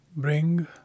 Bring